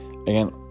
again